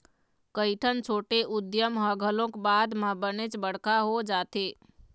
कइठन छोटे उद्यम ह घलोक बाद म बनेच बड़का हो जाथे